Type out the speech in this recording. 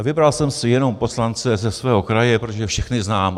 Vybral jsem si jenom poslance ze svého kraje, protože je všechny znám.